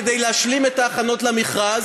כדי להשלים את ההכנות למכרז.